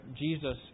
Jesus